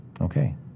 Okay